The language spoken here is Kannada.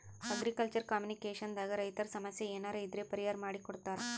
ಅಗ್ರಿಕಲ್ಚರ್ ಕಾಮಿನಿಕೇಷನ್ ದಾಗ್ ರೈತರ್ ಸಮಸ್ಯ ಏನರೇ ಇದ್ರ್ ಪರಿಹಾರ್ ಮಾಡ್ ಕೊಡ್ತದ್